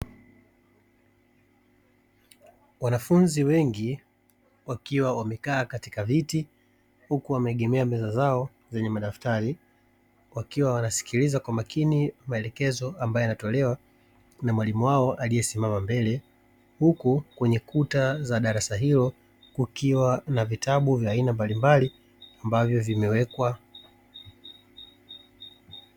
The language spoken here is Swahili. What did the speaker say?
Wanafunzi wengi wakiwa wamekaa katika viti huku wameegemea meza zao zenye madaftari wakiwa wanamsikiliza kwa makini mwalimu wao aliyesimama mbele, huku kwenye kuta za darasa hilo kukiwa na vitabu vya aina mbalimbali vikiwa vimewekwa.